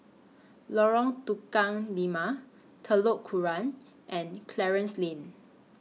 Lorong Tukang Lima Telok Kurau and Clarence Lane